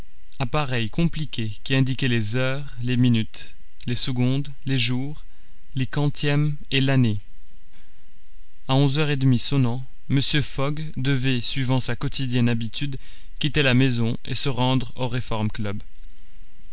appareil compliqué qui indiquait les heures les minutes les secondes les jours les quantièmes et l'année a onze heures et demie sonnant mr fogg devait suivant sa quotidienne habitude quitter la maison et se rendre au